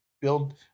build